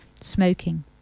smoking